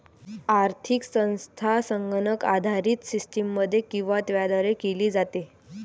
आर्थिक संस्था संगणक आधारित सिस्टममध्ये किंवा त्याद्वारे केली जाते